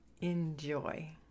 Enjoy